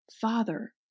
Father